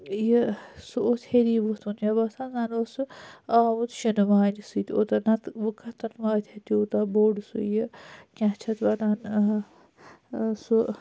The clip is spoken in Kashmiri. یہِ سُہ اوس ہیٚری وتھمُت مےٚ باسان زَنہٕ اوس سُہ آمُت شنہٕ وانہِ سۭتۍ اوٚتنَتھ وۄنۍ کَتَن واتہِ ہے تیوتاہ بوٚڑ یہِ کیاہ چھِ اَتھ وَنان سُہ